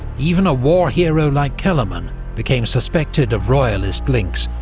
even a war hero like kellermann became suspected of royalist links,